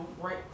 right